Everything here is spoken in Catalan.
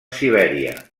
sibèria